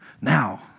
Now